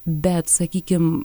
bet sakykim